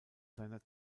seiner